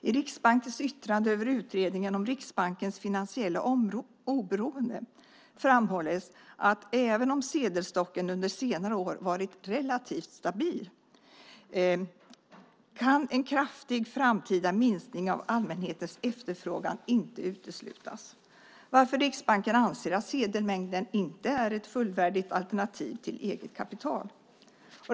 I Riksbankens yttrande över utredningen om Riksbankens finansiella oberoende framhålls att även om sedelstocken under senare år varit relativt stabil kan en kraftig framtida minskning av allmänhetens efterfrågan inte uteslutas, varför Riksbanken anser att sedelmängden inte är ett fullvärdigt alternativ till eget kapital.